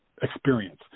experience